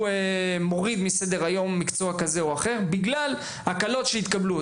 מורידים מסדר-היום מקצוע כזה או אחר בגלל הקלות שהתקבלו.